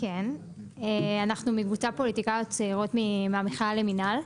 אנחנו קבוצת פוליטיקאיות צעירות מהמכללה למינהל.